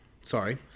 Sorry